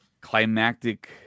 climactic